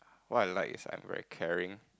what I like is I'm very caring